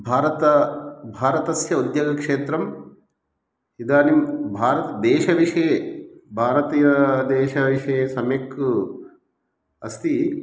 भारते भारतस्य उद्योगक्षेत्रम् इदानीं भारतदेशविषये भारतीयदेशविषये सम्यक् अस्ति